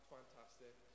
fantastic